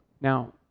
Now